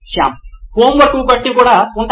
Shyam homeworks వంటివి కూడా ఉంటాయి